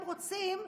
הם רוצים לעשות,